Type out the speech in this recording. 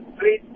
Please